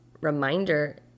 reminder